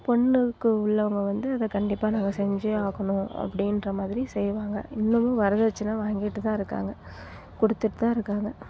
பொண்ணுக்கு உள்ளவங்க வந்து அதை கண்டிப்பாக நாங்கள் செஞ்சே ஆகணும் அப்படின்ற மாதிரி செய்யுவாங்க இன்னமும் வரதட்சணை வாங்கிட்டு தான் இருக்காங்க கொடுத்துட்டு தான் இருக்காங்க